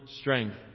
strength